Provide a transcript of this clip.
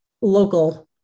local